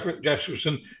Jefferson